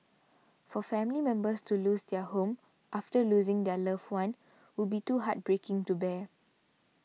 for family members to lose their home after losing their loved one would be too heartbreaking to bear